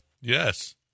Yes